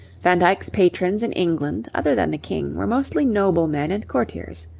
van dyck's patrons in england, other than the king, were mostly noblemen and courtiers.